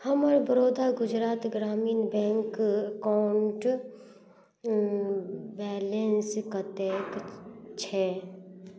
हमर बड़ौदा गुजरात ग्रामीण bank account balance कतेक छै